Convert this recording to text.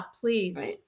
please